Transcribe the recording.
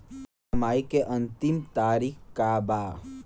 EMI के अंतिम तारीख का बा?